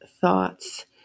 thoughts